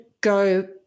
go